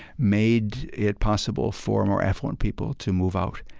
made it possible for more affluent people to move out,